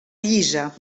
llisa